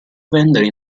vendere